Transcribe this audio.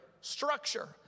structure